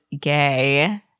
gay